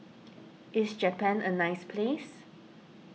is Japan a nice place